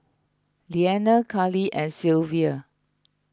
Leanna Cali and Sylvia